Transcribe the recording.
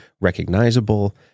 recognizable